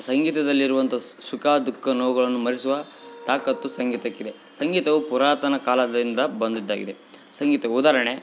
ಸಂಗೀತದಲ್ಲಿರುವಂಥ ಸುಖ ದುಃಖ ನೋವುಗಳನ್ನು ಮರೆಸುವ ತಾಕತ್ತು ಸಂಗೀತಕ್ಕಿದೆ ಸಂಗೀತವು ಪುರಾತನ ಕಾಲದಿಂದ ಬಂದಿದ್ದಾಗಿದೆ ಸಂಗೀತವು ಉದಾಹರಣೆ